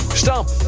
Stop